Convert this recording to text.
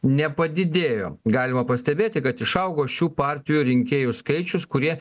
nepadidėjo galima pastebėti kad išaugo šių partijų rinkėjų skaičius kurie